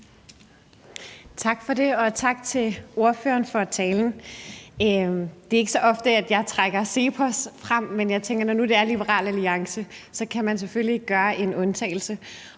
Tak for det, og tak til ordføreren for talen. Det er ikke så ofte, at jeg trækker CEPOS frem, men jeg tænker, at når det nu er Liberal Alliance, kan man selvfølgelig gøre en undtagelse.